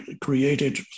created